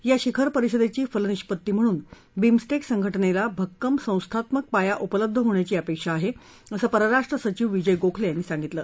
या शिखर परिषदेची फलनिष्पत्ती म्हणून बिम्स्टेक संघटनेला भक्कम संस्थात्मक पाया उपलब्ध होण्याची अपेक्षा आहे असं परराष्ट्र सचिव विजय गोखले यांनी सांगितलं